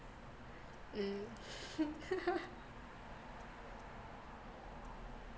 mm